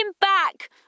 back